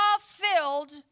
filled